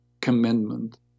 commandment